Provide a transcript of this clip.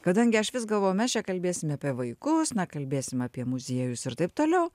kadangi aš vis galvojau mes čia kalbėsim apie vaikus na kalbėsim apie muziejus ir taip toliau